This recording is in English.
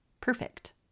perfect